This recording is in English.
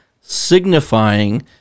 signifying